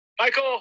michael